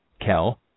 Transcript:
Kel